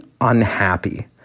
unhappy